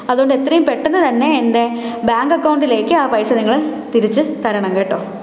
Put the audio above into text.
അതുകൊണ്ട് എത്രയും പെട്ടെന്ന് തന്നെ എൻ്റെ ബാങ്ക് അക്കൗണ്ടിലേക്ക് ആ പൈസ നിങ്ങൾ തിരിച്ചു തരണം കേട്ടോ